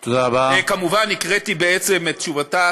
כמובן, הקראתי בעצם את תשובתה